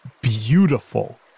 beautiful